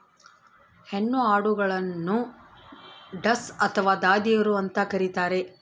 ಹೆಣ್ಣು ಆಡುಗಳನ್ನು ಡಸ್ ಅಥವಾ ದಾದಿಯರು ಅಂತ ಕರೀತಾರ